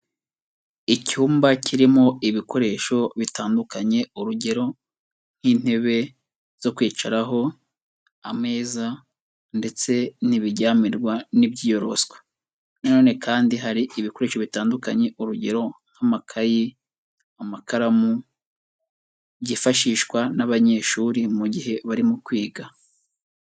Icyumba kirimo ibikoresho bitandukanye, urugero nk'intebe zo kwicaraho, ameza ndetse n'ibijyamirwa n'ibyiyoroswa. Na none kandi hari ibikoresho bitandukanye, urugero nk'amakayi, amakaramu, byifashishwa n'abanyeshuri mu gihe barimo kwiga.